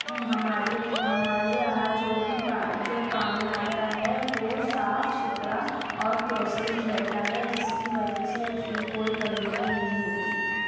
ہمارے ہمارے یہاں جو بھی پا جو پانی آتا ہے وہ صاف ستھرا اور پروسیسڈ رہتا ہے جس کی وجہ سے اس میں کوئی گندگی نہیں ہوتی